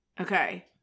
Okay